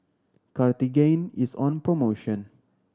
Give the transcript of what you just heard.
Cartigain is on promotion